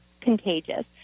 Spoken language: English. contagious